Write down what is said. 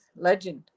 legend